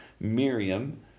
Miriam